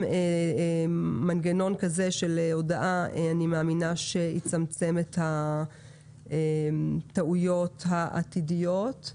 אני מאמינה שמנגנון כזה של הודעה יצמצם את הטעויות העתידיות.